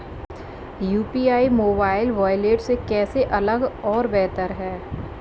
UPI mobile wallet से कैसे अलग और बेहतर है?